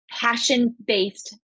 passion-based